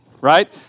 right